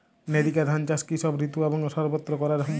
NERICA ধান চাষ কি সব ঋতু এবং সবত্র করা সম্ভব?